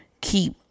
keep